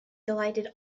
delighted